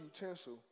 utensil